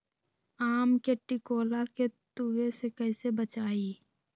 आम के टिकोला के तुवे से कैसे बचाई?